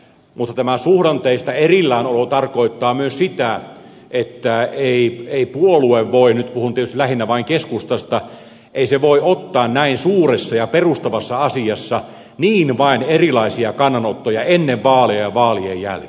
mutta tämä suhdanteista erillään olo tarkoittaa myös sitä että ei puolue voi nyt puhun tietysti lähinnä vain keskustasta ottaa näin suuressa ja perustavassa asiassa niin vain erilaisia kannanottoja ennen vaaleja ja vaalien jälkeen